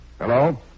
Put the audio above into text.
Hello